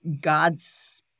God's